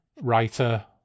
writer